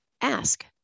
ask